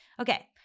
Okay